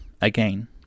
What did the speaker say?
again